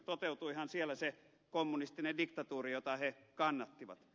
toteutuihan siellä se kommunistinen diktatuuri jota he kannattivat